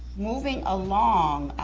moving along,